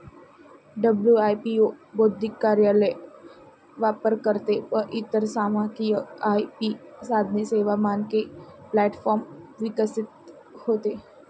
WIPO बौद्धिक कार्यालय, वापरकर्ते व इतर सामायिक आय.पी साधने, सेवा, मानके प्लॅटफॉर्म विकसित होते